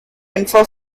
infer